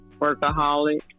workaholic